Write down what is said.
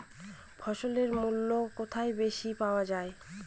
ফসলের মূল্য কোথায় বেশি পাওয়া যায়?